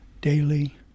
daily